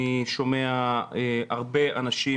אני שומע הרבה אנשים